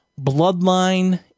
bloodline